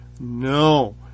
No